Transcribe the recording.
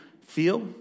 feel